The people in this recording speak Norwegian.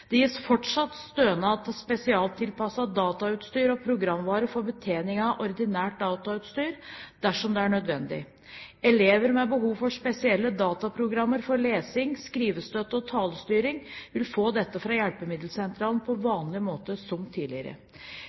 Det gis fortsatt stønad til spesialtilpasset datautstyr og programvare for betjening av ordinært datautstyr dersom det er nødvendig. Elever med behov for spesielle dataprogrammer for lesing, skrivestøtte og talestyring vil få dette fra hjelpemiddelsentralen på samme måte som tidligere.